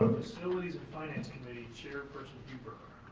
facilities and finance committee, chairperson huber.